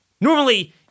Normally